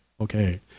Okay